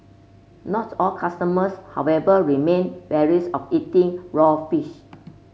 not all customers however remain wary of eating raw fish